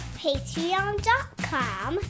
patreon.com